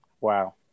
Wow